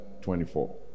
24